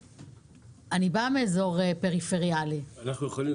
אני באה מאזור פריפריאלי -- אנחנו יכולים